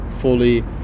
fully